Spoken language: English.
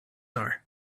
are